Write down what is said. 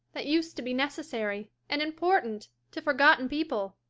that used to be necessary and important to forgotten people,